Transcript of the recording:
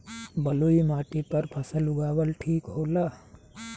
बलुई माटी पर फसल उगावल ठीक होला?